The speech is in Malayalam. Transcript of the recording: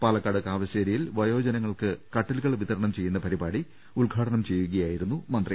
പാലക്കാട് കാവശ്ശേരിയിൽ വയോജനങ്ങൾക്ക് കട്ടിലുകൾ വിതരണം ചെയ്യുന്ന പരിപാടി ഉദ്ഘാടനം ചെയ്യുകയായിരുന്നു മന്ത്രി